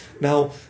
Now